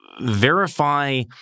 verify